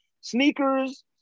Sneakers